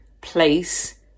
place